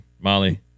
Molly